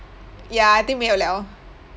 ya I think 没有了